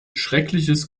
schreckliches